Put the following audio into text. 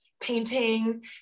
painting